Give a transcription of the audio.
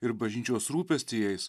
ir bažnyčios rūpestį jais